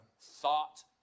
Thought